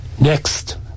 Next